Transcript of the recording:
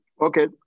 Okay